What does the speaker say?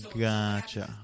gotcha